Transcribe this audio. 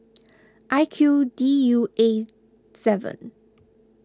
I Q D U A seven